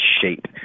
shape